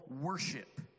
worship